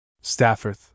Stafford